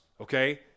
okay